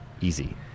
Easy